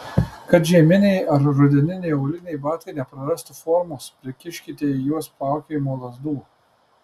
kad žieminiai ar rudeniniai auliniai batai neprarastų formos prikiškite į juos plaukiojimo lazdų